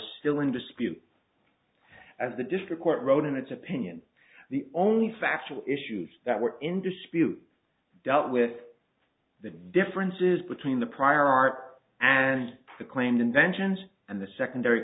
still in dispute as the district court wrote in its opinion the only factual issues that were in dispute dealt with the differences between the prior art and the claimed inventions and the secondary